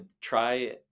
try